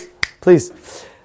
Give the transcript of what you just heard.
please